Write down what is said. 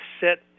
sit